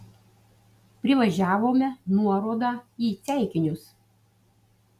privažiavome nuorodą į ceikinius